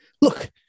look